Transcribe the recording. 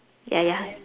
ya ya